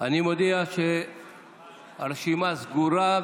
מודיע שהרשימה סגורה,